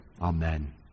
Amen